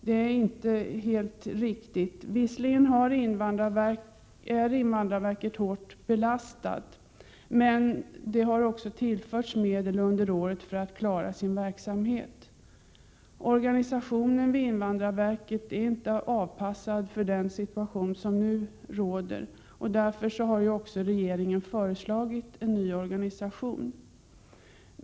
Det är inte helt riktigt. Visserligen är invandrarverket hårt belastat, men det har också tillförts medel under året för att klara sin verksamhet. Organisationen vid invandrarverket är inte avpassad för den situation som nu råder, och därför har regeringen också föreslagit en ny organisation.